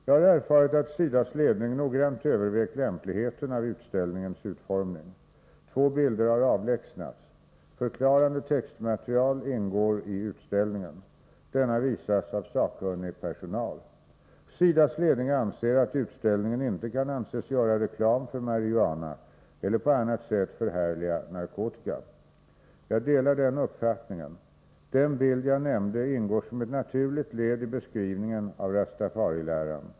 Jag har erfarit att SIDA:s ledning noggrant övervägt lämpligheten av utställningens utformning. Två bilder har avlägsnats. Förklarande textmaterial ingår i utställningen. Denna visas av sakkunnig personal. SIDA:s ledning anser att utställningen inte kan anses göra reklam för marijuana eller på annat sätt förhärliga narkotika. Jag delar den uppfattningen. Den bild jag nämnde ingår som ett naturligt led i beskrivningen av rastafariläran.